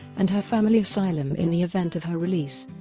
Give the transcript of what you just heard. and her family asylum in the event of her release.